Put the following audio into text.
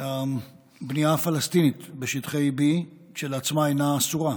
הבנייה הפלסטינית בשטחי B כשלעצמה אינה אסורה.